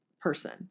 person